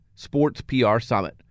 sportsprsummit